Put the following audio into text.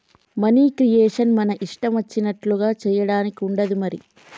money creation మన ఇష్టం వచ్చినట్లుగా చేయడానికి ఉండదు మరి